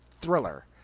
thriller